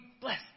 bless